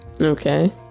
Okay